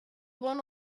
one